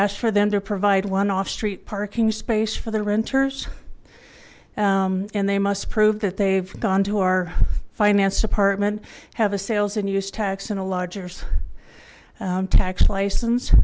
ask for them to provide one off street parking space for their renters and they must prove that they've gone to our finance department have a sales and use tax and the lodgers tax license